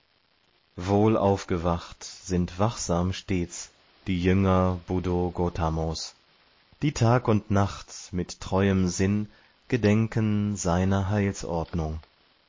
wohl aufgewacht sind wachsam stets die jünger buddho gotamos die tag und nacht mit treuem sinn gedenken seiner heilslehre